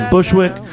Bushwick